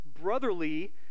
brotherly